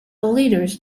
leaders